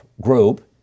group